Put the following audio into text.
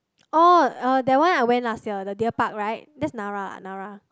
oh uh that one I went last year the deer park right that's Nara Nara